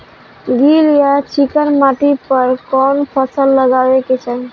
गील या चिकन माटी पर कउन फसल लगावे के चाही?